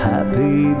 Happy